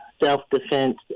self-defense